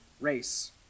race